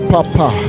Papa